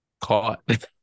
caught